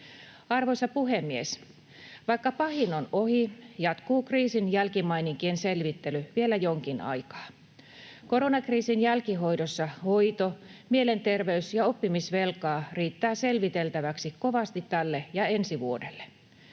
Arvoisa puhemies! Vaikka pahin on ohi, jatkuu kriisin jälkimaininkien selvittely vielä jonkin aikaa. Koronakriisin jälkihoidossa hoito-, mielenterveys- ja oppimisvelkaa riittää selviteltäväksi kovasti tälle ja ensi vuodelle.